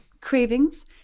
cravings